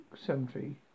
Cemetery